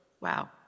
Wow